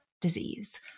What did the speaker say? disease